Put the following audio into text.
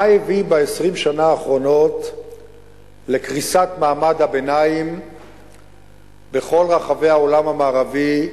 מה הביא ב-20 השנה האחרונות לקריסת מעמד הביניים בכל רחבי העולם המערבי,